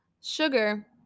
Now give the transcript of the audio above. sugar